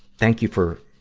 thank you for,